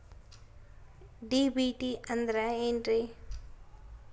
DBT ಅಂದ್ರ ಏನ್ರಿ?